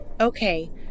Okay